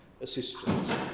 assistance